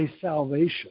salvation